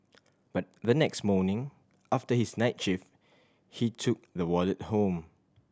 but the next morning after his night shift he took the wallet home